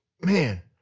man